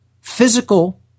physical